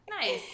nice